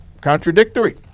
contradictory